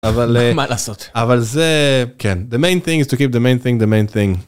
אבל למה לעשות אבל זה כן the main thing is to give the main thing the main thing.